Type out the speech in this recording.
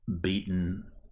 beaten